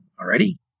Already